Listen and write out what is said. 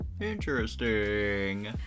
Interesting